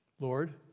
Lord